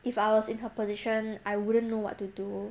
if I was in her position I wouldn't know what to do